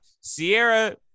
Sierra